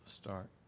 start